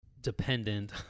dependent